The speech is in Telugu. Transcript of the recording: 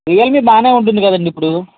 రియల్మీ బాగానే ఉంటుంది కదా అండి ఇప్పుడు